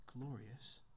glorious